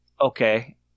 Okay